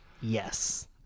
yes